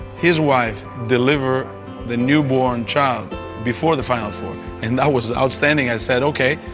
his wife delivered the newborn child before the final four and that was outstanding! i said ok,